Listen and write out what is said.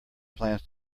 plans